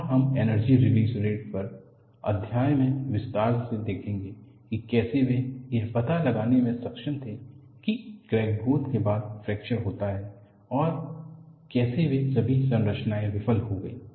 और हम energy release rate पर अध्याय में विस्तार से देखेंगे की कैसे वे यह पता लगाने में सक्षम थे कि क्रैक ग्रोथ के बाद फ्रैक्चर होता है केसे वे सभी संरचनाएं विफल हो गईं